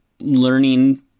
learning